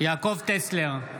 יעקב טסלר,